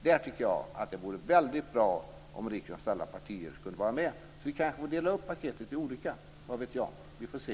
Där tycker jag att det vore väldigt bra om riksdagens alla partier kunde vara med. Sedan kanske vi får dela upp paketet i olika delar. Vad vet jag, vi får se.